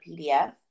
PDF